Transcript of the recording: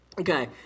Okay